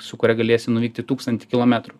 su kuria galėsi nuvykti tūkstantį kilometrų